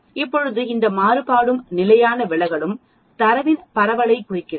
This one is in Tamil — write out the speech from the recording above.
இப்போது இந்த மாறுபாடும் நிலையான விலகலும் தரவின் பரவலைக் குறிக்கிறது